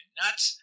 nuts